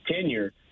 tenure